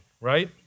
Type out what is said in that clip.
right